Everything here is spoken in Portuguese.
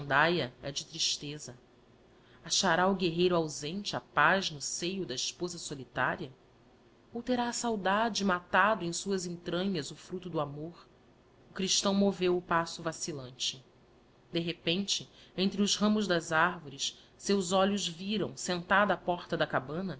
jandaia é de tristeza achará o guerreiro ausente a paz no seio da esposa solitária ou terá a saudade matado em suas entranhas o fructo do amor o christâo moveu o passo vacillante de repente entre os ramos das arvores seus olhos viram sentada á porta da cabana